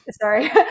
Sorry